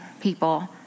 people